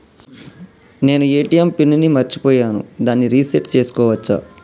నేను ATM PIN ని మరచిపోయాను దాన్ని రీ సెట్ చేసుకోవచ్చా?